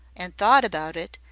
an' thought about it,